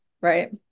right